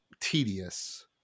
tedious